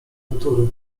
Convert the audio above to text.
natury